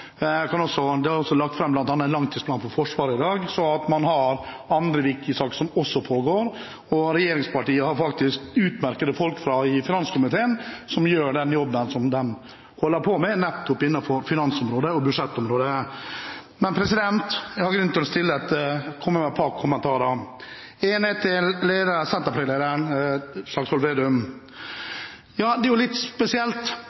Jeg kan også berolige opptil flere representanter, bl.a. Slagsvold Vedum. Det kan være ulike grunner til at man ikke alltid er til stede i salen. Det er lagt fram bl.a. en langtidsplan for Forsvaret i dag, så man har andre viktige saker som også pågår. Regjeringspartiene har utmerkede folk fra finanskomiteen som gjør den jobben de holder på med innenfor finansområdet og budsjettområdet. Jeg har grunn til å komme med et par kommentarer, den ene er til